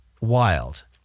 wild